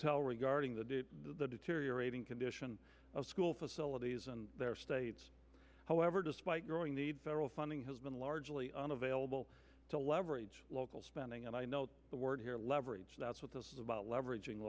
tell regarding the day the deteriorating condition of school facilities and their state however despite growing the federal funding has been largely unavailable to leverage local spending and i know the word here leverage that's what this is about leveraging